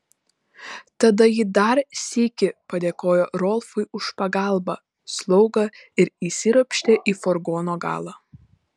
tada ji dar sykį padėkojo rolfui už pagalbą slaugą ir įsiropštė į furgono galą